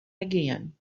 again